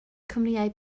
cwmnïau